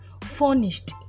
furnished